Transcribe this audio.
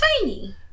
tiny